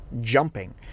jumping